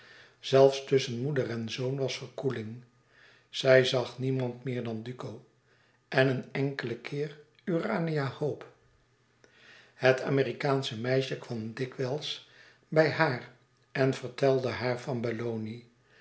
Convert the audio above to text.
zelfs tusschen moeder en zoon was verkoeling zij zag niemand meer dan duco en een enkelen keer urania hope het amerikaansche meisje kwam dikwijls bij haar en vertelde haar van